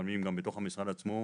ולפעמים גם בתוך המשרד עצמו,